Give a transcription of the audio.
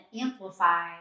amplify